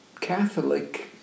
Catholic